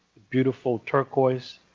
beautiful turquoise.